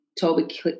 Toby